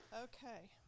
Okay